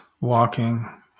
walking